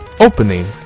Opening